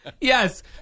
Yes